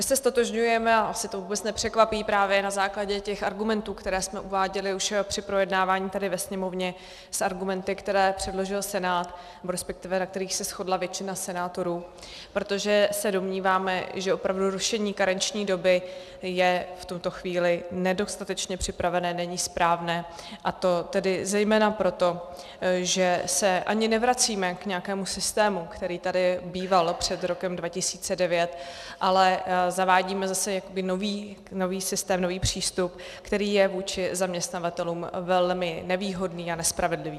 My se ztotožňujeme, a asi to vůbec nepřekvapí, právě na základě těch argumentů, které jsme uváděli už při projednávání tady ve Sněmovně, s argumenty, které předložil Senát, respektive na kterých se shodla většina senátorů, protože se domníváme, že opravdu rušení karenční doby je v tuto chvíli nedostatečně připravené, není správné, a to zejména proto, že se ani nevracíme k nějakému systému, který tady býval před rokem 2009, ale zavádíme zase jakoby nový systém, nový přístup, který je vůči zaměstnavatelům velmi nevýhodný a nespravedlivý.